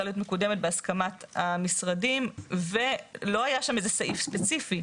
להיות מקודמת בהצעת המשרדים ולא היה שם איזה סעיף ספציפית